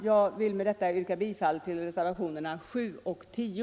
Jag vill med detta yrka bifall till reservationerna 7 och 10.